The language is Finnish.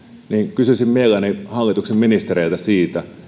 kysyisin mielelläni hallituksen ministereiltä